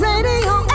Radio